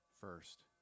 first